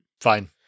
Fine